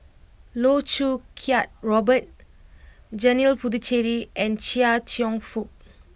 Loh Choo Kiat Robert Janil Puthucheary and Chia Cheong Fook